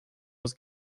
was